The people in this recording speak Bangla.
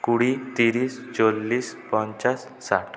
কুড়ি তিরিশ চল্লিশ পঞ্চাশ ষাট